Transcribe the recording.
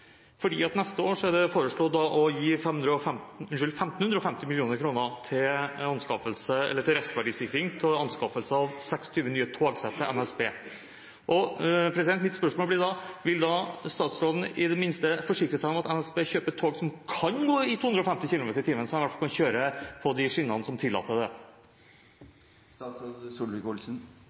Neste år er det foreslått å gi NSB restverdisikring for 1 550 mill. kr til anskaffelse av 26 nye togsett. Mitt spørsmål blir da: Vil statsråden i det minste forsikre seg om at NSB kjøper tog som kan gå i 250 km/t, slik at de i hvert fall kan kjøre på de skinnene som tillater